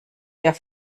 der